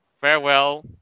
Farewell